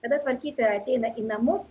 kada tvarkytoja ateina į namus